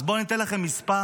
אז בואו אני אתן לכם מספר